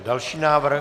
Další návrh.